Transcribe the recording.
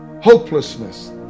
Hopelessness